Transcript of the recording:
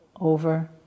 over